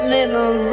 Little